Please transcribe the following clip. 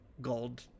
gold